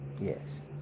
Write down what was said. Yes